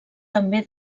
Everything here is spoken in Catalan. també